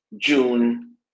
June